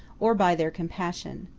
or by their compassion.